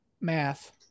math